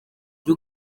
ujye